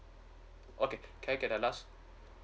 okay can I get the last